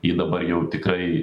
ji dabar jau tikrai